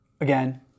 again